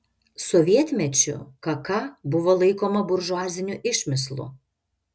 sovietmečiu kk buvo laikoma buržuaziniu išmislu